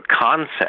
concept